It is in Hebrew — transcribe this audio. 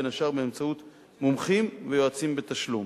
בין השאר באמצעות מומחים ויועצים בתשלום.